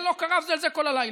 זה "לא קרב זה אל זה כל הלילה".